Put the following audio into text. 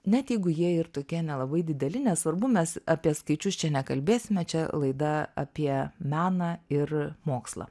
net jeigu jie ir tokie nelabai dideli nesvarbu mes apie skaičius čia nekalbėsime čia laida apie meną ir mokslą